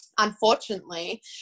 Unfortunately